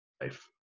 life